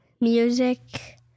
music